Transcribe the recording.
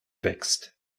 wächst